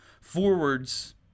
forwards